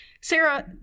sarah